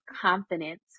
confidence